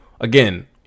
again